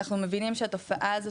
אנחנו מבינים שהתופעה הזאת,